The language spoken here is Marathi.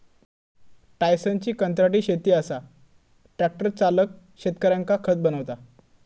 टायसनची कंत्राटी शेती असा ट्रॅक्टर चालक शेतकऱ्यांका खत बनवता